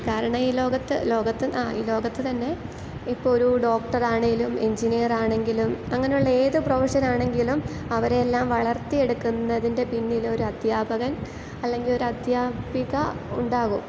കാരണം ഈ ലോകത്ത് ലോകത്ത് ഈ ലോകത്ത് തന്നെ ഇപ്പോൾ ഒരു ഡോക്ടർ ആണേലും എൻജിനീയറാണെങ്കിലും അങ്ങനെയുള്ള ഏത് പ്രൊഫഷൻ ആണെങ്കിലും അവരെയെല്ലാം വളർത്തിയെടുക്കുന്നതിൻ്റെ പിന്നിലൊരു അധ്യാപകൻ അല്ലെങ്കിൽ ഒരു അധ്യാപിക ഉണ്ടാകും